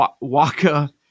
Waka